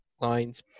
lines